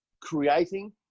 creating